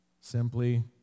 Simply